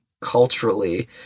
culturally